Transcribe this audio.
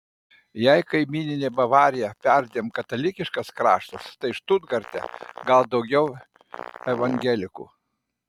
jei kaimyninė bavarija perdėm katalikiškas kraštas tai štutgarte gal daugiau evangelikų